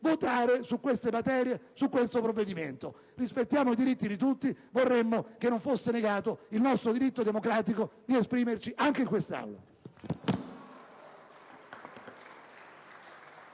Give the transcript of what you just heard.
votare su questa materia e su questo provvedimento. Rispettiamo i diritti di tutti; vorremmo che non fosse negato il nostro diritto democratico di esprimerci anche in quest'Aula.